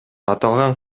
аталган